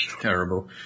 Terrible